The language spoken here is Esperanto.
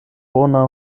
bona